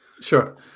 Sure